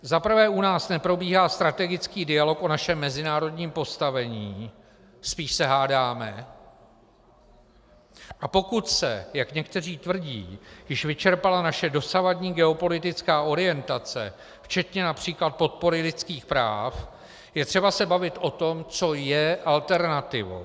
Za prvé u nás neprobíhá strategický dialog o našem mezinárodním postavení, spíše se hádáme, a pokud se, jak někteří tvrdí, vyčerpala naše dosavadní geopolitická orientace včetně například podpory lidských práv, je třeba se bavit o tom, co je alternativou.